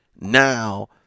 Now